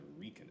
reconnect